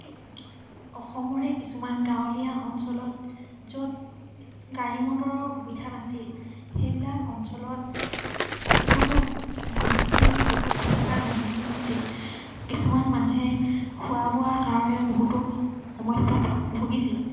অসমৰে কিছুমান গাঁৱলীয়া অঞ্চলত য'ত গাড়ী মটৰৰ সুবিধা নাছিল সেইবিলাক অঞ্চলত বহুতো মানুহে বহুতো সমস্যাৰ সন্মুখীন হৈছিল কিছুমান মানুহে খোৱা বোৱাৰ কাৰণেও বহুতো সমস্যাত ভুগিছিল